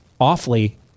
awfully